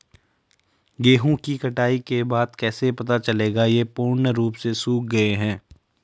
गेहूँ की कटाई के बाद कैसे पता चलेगा ये पूर्ण रूप से सूख गए हैं?